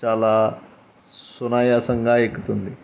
చాలా సునాయాసంగా ఎక్కుతుంది